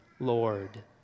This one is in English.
Lord